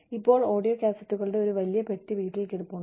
ഇപ്പോൾ ഓഡിയോ കാസറ്റുകളുടെ ഒരു വലിയ പെട്ടി വീട്ടിൽ കിടപ്പുണ്ട്